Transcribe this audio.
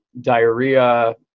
diarrhea